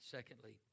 Secondly